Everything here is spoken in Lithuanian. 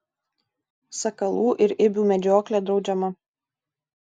sakalų ir ibių medžioklė draudžiama